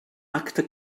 acte